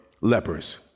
lepers